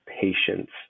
patience